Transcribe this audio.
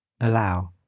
allow